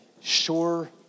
sure